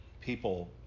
people